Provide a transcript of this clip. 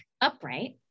upright